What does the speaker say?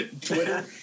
Twitter